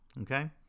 okay